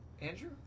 Andrew